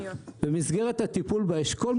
ובמסגרת הטיפול באשכול,